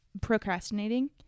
procrastinating